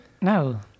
No